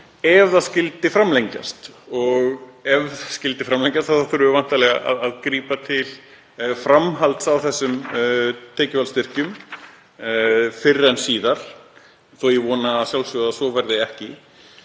ef þetta skyldi framlengjast. Ef það skyldi framlengjast þá þyrftum við væntanlega að grípa til framhalds á þessum tekjufallsstyrkjum fyrr en síðar þó að ég voni að sjálfsögðu að svo verði ekki.